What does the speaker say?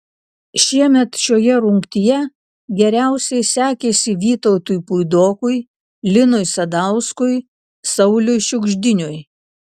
šiemet šioje rungtyje geriausiai sekėsi vytautui puidokui linui sadauskui sauliui šiugždiniui